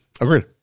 Agreed